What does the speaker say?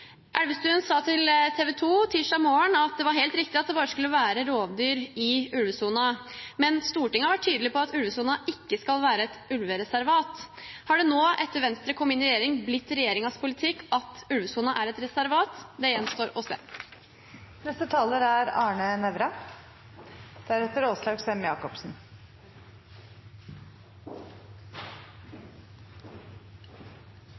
Elvestuen sa til TV 2 tirsdag morgen at det var helt riktig at det skulle være rovdyr bare i ulvesonen, mens Stortinget har vært tydelig på at ulvesonen ikke skal være et ulvereservat. Har det nå, etter at Venstre kom inn i regjering, blitt regjeringens politikk at ulvesonen er et reservat? Det gjenstår å se. Jeg har ikke tenkt å ta ordet til siste taler,